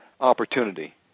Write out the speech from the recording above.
opportunity